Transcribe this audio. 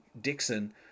Dixon